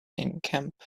encampment